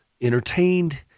entertained